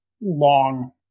long